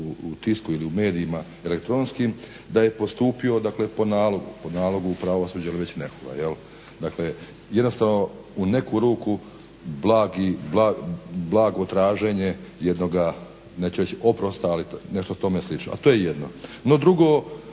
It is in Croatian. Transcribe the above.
u tisku ili u medijima elektronskim, da je postupio dakle po nalogu, po nalogu pravosuđa ili već nekoga. Dakle jednostavno u neku ruku blago traženje jednoga neću reći oprosta, ali nešto tome slično. To je jedno. No drugo